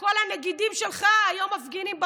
שכל הנגידים שלך היום מפגינים בחוץ?